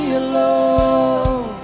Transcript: alone